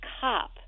cop